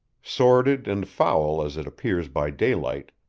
sordid and foul as it appears by daylight,